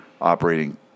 operating